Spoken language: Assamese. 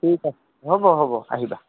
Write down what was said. ঠিক আছে হ'ব হ'ব আহিবা